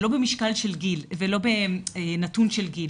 ולא בנתון של גיל,